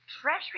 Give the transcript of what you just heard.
Treasury